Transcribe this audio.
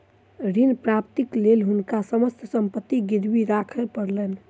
ऋण प्राप्तिक लेल हुनका समस्त संपत्ति गिरवी राखय पड़लैन